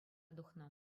тухнӑ